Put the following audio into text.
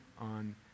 on